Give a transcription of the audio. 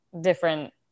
different